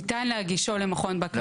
ניתן להגישו למכון בקרה,